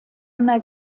una